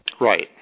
right